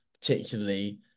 particularly